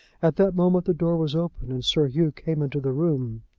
at that moment the door was opened, and sir hugh came into the room.